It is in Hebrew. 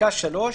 בפסקה (3),